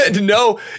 No